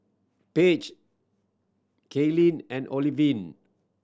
Paige Cayleen and Olivine